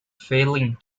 failing